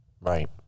Right